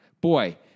Boy